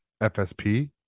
fsp